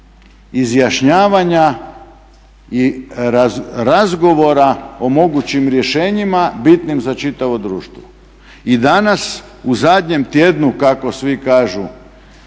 izjašnjavanja i razgovora o mogućim rješenjima bitnim za čitavo društvo. I danas u zadnjem tjednu kako svi kažu